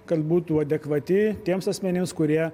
kad būtų adekvati tiems asmenims kurie